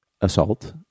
assault